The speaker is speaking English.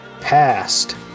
Passed